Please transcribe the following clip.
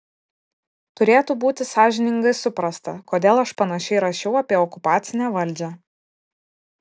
turėtų būti sąžiningai suprasta kodėl aš panašiai rašiau apie okupacinę valdžią